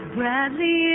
Bradley